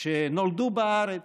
שנולדו בארץ,